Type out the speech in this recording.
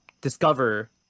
discover